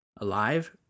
Alive